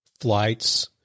flights